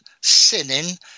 sinning